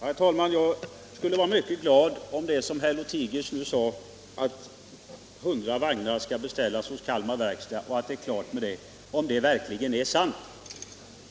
Herr talman! Jag skulle vara mycket glad, om det som herr Lothigius säger verkligen vore sant, nämligen att 100 vagnar skall beställas hos Kalmar Verkstads AB.